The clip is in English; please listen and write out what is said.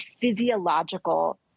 physiological